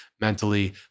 mentally